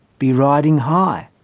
be riding high.